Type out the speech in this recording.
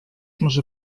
może